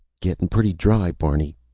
gettin' pretty dry, barney.